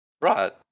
Right